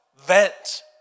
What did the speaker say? vent